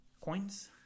coins